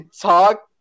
talk